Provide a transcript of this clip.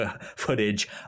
footage